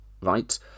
right